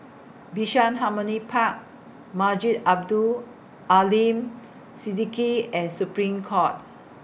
Bishan Harmony Park Masjid Abdul Aleem Siddique and Supreme Court